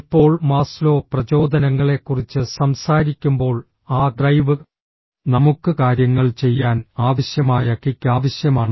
ഇപ്പോൾ മാസ്ലോ പ്രചോദനങ്ങളെക്കുറിച്ച് സംസാരിക്കുമ്പോൾ ആ ഡ്രൈവ് നമുക്ക് കാര്യങ്ങൾ ചെയ്യാൻ ആവശ്യമായ കിക്ക് ആവശ്യമാണ്